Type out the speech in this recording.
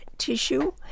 Tissue